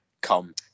come